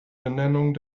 benennung